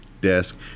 desk